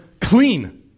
clean